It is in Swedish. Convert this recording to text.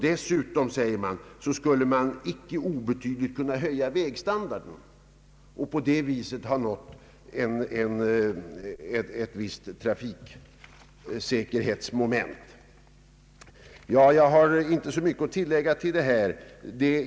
Dessutom skulle man icke obetydligt kunna höja vägstandarden och på det sättet nå ett visst trafiksäkerhetsmoment. Jag har inte så mycket att tillägga.